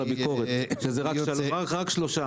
לביקורת שזה רק שלושה.